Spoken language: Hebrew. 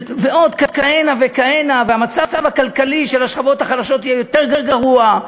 ועוד כהנה וכהנה: המצב הכלכלי של השכבות החלשות יהיה יותר גרוע,